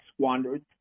squandered